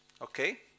okay